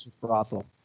brothel